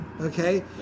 Okay